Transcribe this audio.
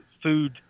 food